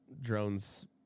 drones